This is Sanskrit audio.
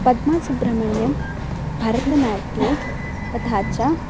पद्मासुब्रह्मण्यं भरतनाट्ये तथा च